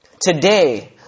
Today